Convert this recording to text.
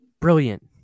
brilliant